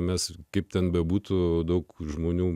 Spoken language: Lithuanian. mes kaip ten bebūtų daug žmonių